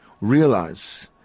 realize